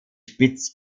spitz